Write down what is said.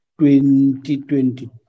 2022